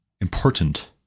important